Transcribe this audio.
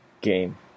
game